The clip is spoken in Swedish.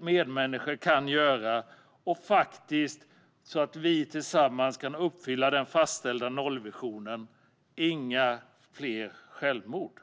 medmänniskor kan göra så att vi tillsammans kan uppfylla den fastställda nollvisionen: Inga fler självmord!